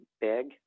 big